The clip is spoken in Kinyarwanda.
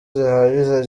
zihagije